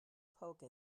poke